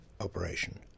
operation